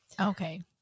okay